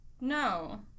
No